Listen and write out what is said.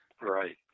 right